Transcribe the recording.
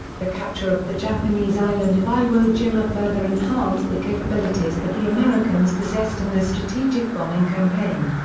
the capture of the japanese island of iwo jima further enhanced the capabilities that the americans possessed in their strategic bombing campaign.